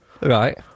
Right